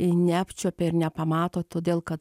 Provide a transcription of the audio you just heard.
neapčiuopia ir nepamato todėl kad